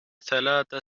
ثلاث